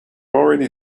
already